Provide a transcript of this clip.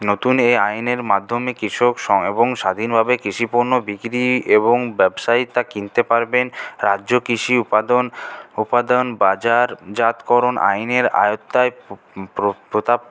নতুন এই আইনের মাধ্যমে কৃষক এবং স্বাধীনভাবে কৃষি পণ্য বিক্রি এবং ব্যবসায়ী তা কিনতে পারবেন রাজ্য কৃষি উপাদন উপাদন বাজারজাতকরণ আইনের আয়ত্তায় প্র প্র প্রতাপ